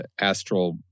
Astral